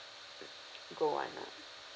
mm gold [one] ah